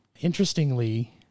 Interestingly